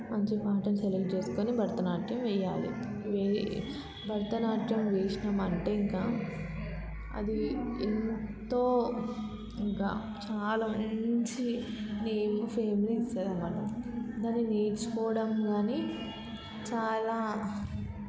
మంచి పాటని సెలెక్ట్ చేసుకుని భరతనాట్యం వేయాలి భరతనాట్యం వేసినాం అంటే ఇంకా అది ఎంతో ఇంక చాలా మంచి నేమ్ ఫేమ్ని ఇస్తుంది అన్నమాట దాని నేర్చుకోవడం కానీ చాలా